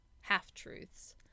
half-truths